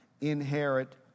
inherit